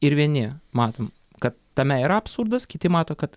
ir vieni matom kad tame yra absurdas kiti mato kad